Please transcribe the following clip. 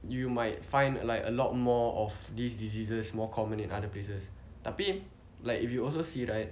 you might find like a lot more of these diseases more common in other places tapi like if you also see right